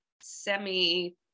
semi